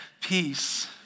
peace